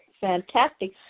fantastic